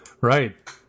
Right